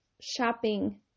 shopping